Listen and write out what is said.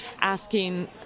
asking